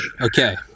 okay